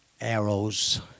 arrows